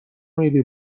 میری